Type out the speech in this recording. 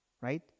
right